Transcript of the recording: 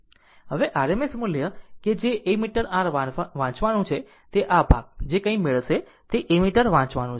હવે RMS મૂલ્ય કે જે એમીટર r વાંચવાનું છે તે આ ભાગ જે કંઇ મળશે તે એમીટર એ વાંચવાનું છે